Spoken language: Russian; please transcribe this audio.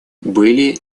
были